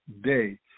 day